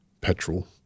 petrol